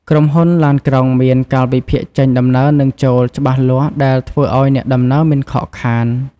ក្រុមហ៊ុនឡានក្រុងមានកាលវិភាគចេញដំណើរនិងចូលច្បាស់លាស់ដែលធ្វើឱ្យអ្នកដំណើរមិនខកខាន។